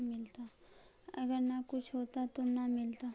अगर न कुछ होता तो न मिलता?